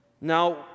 Now